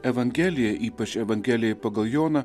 evangelija ypač evangelija pagal joną